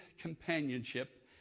companionship